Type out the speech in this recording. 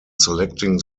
selecting